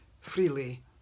freely